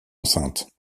enceinte